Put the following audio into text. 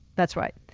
that's right.